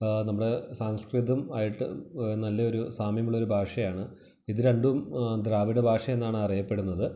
നമ്മുടെ സംസ്കൃത്വുമായിട്ട് നല്ലൊരു സാമ്യമുള്ള ഒരു ഭാഷയാണ് ഇത് രണ്ടും ദ്രാവിഡ ഭാഷയെന്നാണ് അറിയപ്പെടുന്നത്